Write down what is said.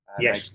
Yes